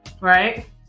right